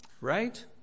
right